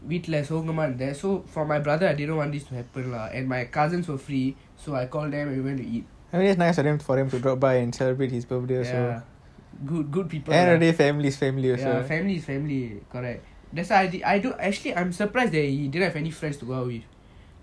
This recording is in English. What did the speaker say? வீட்டுல சோகமா இருந்தான்:veetula sogama irunthan so for my brother I didn't want this to happen lah and my cousins were free so I call them and we went to eat good good people lah ya family is family correct that's why actually I'm surprised that he didn't have any friends to go out with